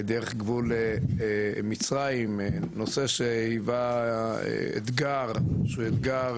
דרך גבול מצרים, נושא שהיווה אתגר שהוא אתגר